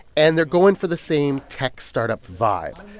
and they're going for the same tech startup vibe,